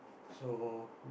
so